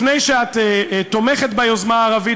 לפני שאת תומכת ביוזמה הערבית,